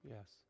Yes